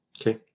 okay